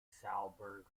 salzburg